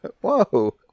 Whoa